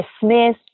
dismiss